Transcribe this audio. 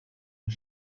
een